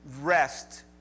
rest